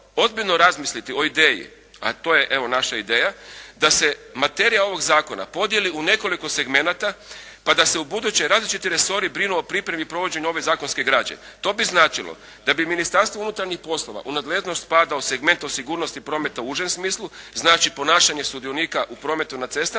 ozbiljno razmisliti o ideji a to je evo naša ideja da se materija ovog zakona podijeli u nekoliko segmenata pa da se u buduće različiti resori brinu o pripremi provođenja ove zakonske građe. To bi značilo da bi Ministarstvo unutarnjih poslova u nadležnost …/Govornik se ne razumije./… o segmentu o sigurnosti prometa u užem smislu, znači ponašanje sudionika u prometu na cestama